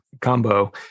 combo